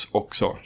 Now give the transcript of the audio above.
också